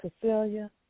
Cecilia